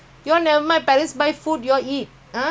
my workes all kena lockdown the dormitory